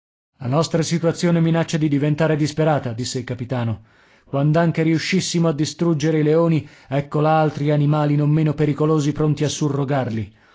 la nostra situazione minaccia di diventare disperata disse il capitano quand'anche riuscissimo a distruggere i leoni ecco là altri animali non meno pericolosi pronti a surrogarli